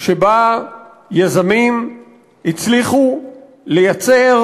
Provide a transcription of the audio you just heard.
שבה יזמים הצליחו לייצר